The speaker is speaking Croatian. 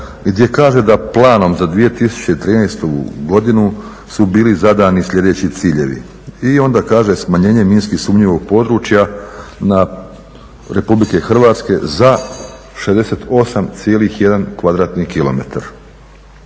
gdje kaže da planom za 2013. godinu su bili zadani sljedeći ciljevi i onda kaže smanjenje minski sumnjivog područja Republike Hrvatske za 68,1 km2.